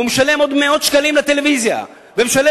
והוא משלם עוד מאות שקלים על טלוויזיה ומשלם